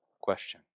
question